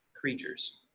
creatures